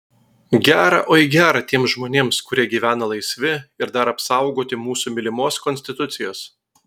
gera oi gera tiems žmonėms kurie gyvena laisvi ir dar apsaugoti mūsų mylimos konstitucijos